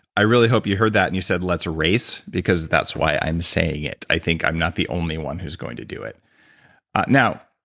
i really hope you heard this and you said, let's race. because that's why i'm saying it. i think i'm not the only one who's going to do it now,